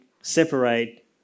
separate